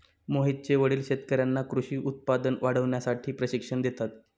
मोहितचे वडील शेतकर्यांना कृषी उत्पादन वाढवण्यासाठी प्रशिक्षण देतात